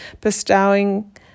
bestowing